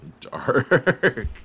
dark